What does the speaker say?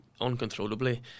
uncontrollably